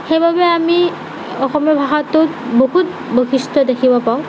সেইবাবে আমি অসমীয়া ভাষাটোত বহুত বৈশিষ্ট্য দেখিব পাওঁ